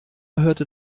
hörte